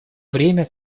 время